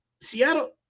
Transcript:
Seattle